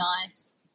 nice